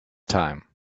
time